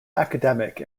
academic